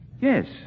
Yes